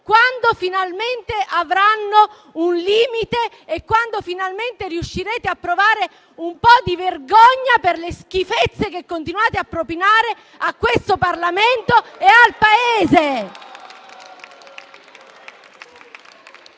avranno finalmente un limite e quando finalmente riuscirete a provare un po' di vergogna per le schifezze che continuate a propinare a questo Parlamento e al Paese